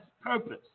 purpose